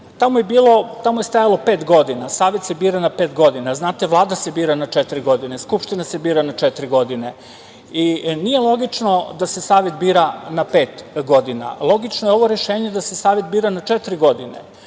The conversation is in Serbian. Tamo je stajalo pet godina. Savet se bira na pet godina. Vlada se bira na četiri godine, Skupština se bira na četiri godine i nije logično da se Savet bira na pet godina. Logično je ovo rešenje da se Savet bira na četiri godine